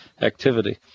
activity